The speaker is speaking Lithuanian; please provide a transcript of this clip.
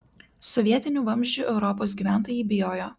sovietinių vamzdžių europos gyventojai bijojo